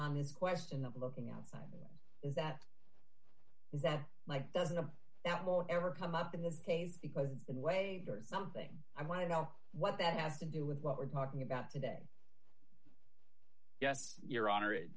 on his question that looking outside is that is that mike doesn't that will ever come up in this case because it's in a way or something i want to know what that has to do with what we're talking about today yes your honor it